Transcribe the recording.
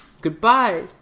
Goodbye